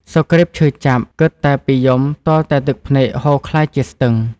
សុគ្រីពឈឺចាប់ គិតតែពីយំទាល់តែទឹកភ្នែកហូរក្លាយជាស្ទឹង។